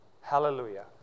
hallelujah